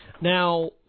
Now